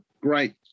great